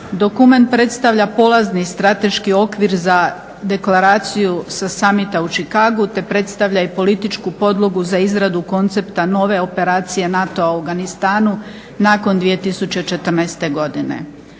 Dokument predstavlja polazni strateški okvir za deklaraciju sa summita u Chicagu te predstavlja i političku podlogu za izradu koncepta nove operacije NATO-a u Afganistanu nakon 2014.godine.